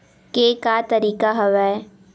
के का तरीका हवय?